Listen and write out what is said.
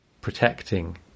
protecting